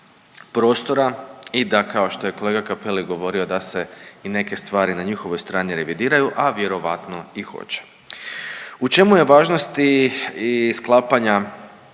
prostora i da kao što je kolega Cappelli govorio da se i neke stvari na njihovoj strani revidiraju, a vjerojatno i hoće. U čemu je važnost sklapanja